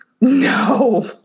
No